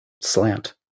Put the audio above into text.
slant